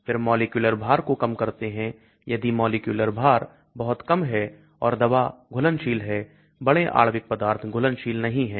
फिर मॉलिक्यूलर भार को कम करते हैं यदि मॉलिक्यूलर भार बहुत कम है और दवा घुलनशील है बड़े आणविक पदार्थ घुलनशील नहीं है